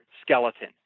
skeleton